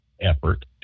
effort